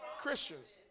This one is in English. Christians